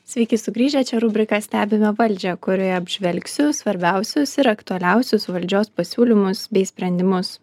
sveiki sugrįžę čia rubrika stebime valdžią kurioje apžvelgsiu svarbiausius ir aktualiausius valdžios pasiūlymus bei sprendimus